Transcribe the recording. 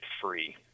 free